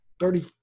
thirty